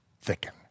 thicken